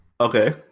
okay